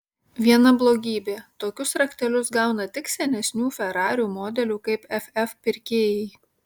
viena blogybė tokius raktelius gauna tik senesnių ferarių modelių kaip ff pirkėjai